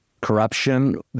corruption